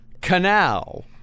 canal